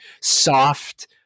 soft